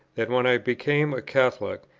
that, when i became a catholic,